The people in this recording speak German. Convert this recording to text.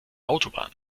autobahn